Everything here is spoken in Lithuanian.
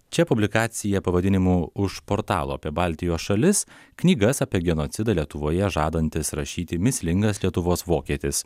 čia publikacija pavadinimu už portalo apie baltijos šalis knygas apie genocidą lietuvoje žadantis rašyti mįslingas lietuvos vokietis